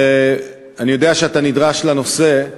ואני יודע שאתה נדרש לנושא,